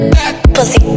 Pussy